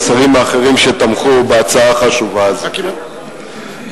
לשרים האחרים שתמכו בהצעה החשובה הזאת.